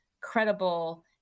credible